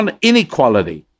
inequality